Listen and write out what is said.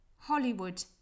Hollywood